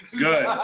Good